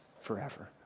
forever